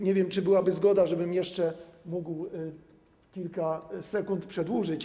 Nie wiem, czy byłaby zgoda, żebym jeszcze mógł kilka sekund przedłużyć.